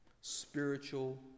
spiritual